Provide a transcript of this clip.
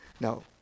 Now